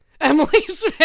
Emily's